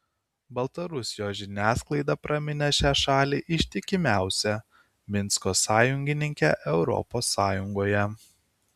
baltarusijos žiniasklaida praminė šią šalį ištikimiausia minsko sąjungininke europos sąjungoje